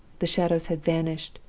the shadows had vanished,